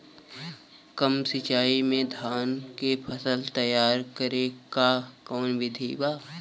कम सिचाई में धान के फसल तैयार करे क कवन बिधि बा?